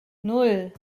nan